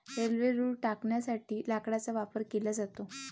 railway रुळ टाकण्यासाठी लाकडाचा वापर केला जातो